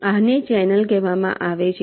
આને ચેનલ કહેવામાં આવે છે